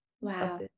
Wow